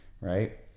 right